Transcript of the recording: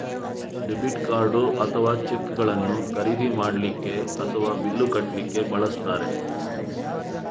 debit card ಅಥವಾ ಚೆಕ್ಗಳನ್ನು ಖರೀದಿ ಮಾಡ್ಲಿಕ್ಕೆ ಅಥವಾ ಬಿಲ್ಲು ಕಟ್ಲಿಕ್ಕೆ ಬಳಸ್ತಾರೆ